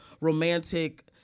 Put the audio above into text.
romantic